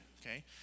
okay